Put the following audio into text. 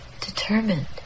determined